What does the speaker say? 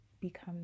become